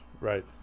Right